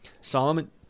Solomon